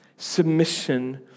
Submission